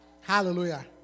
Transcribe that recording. Hallelujah